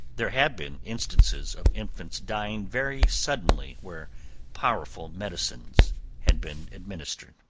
there have been instances of infants dying very suddenly, where powerful medicines had been administered.